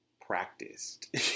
practiced